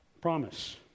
promise